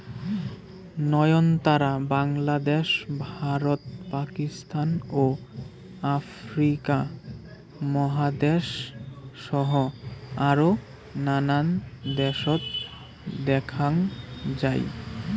নয়নতারা বাংলাদ্যাশ, ভারত, পাকিস্তান ও আফ্রিকা মহাদ্যাশ সহ আরও নানান দ্যাশত দ্যাখ্যাং যাই